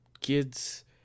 kids